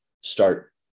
start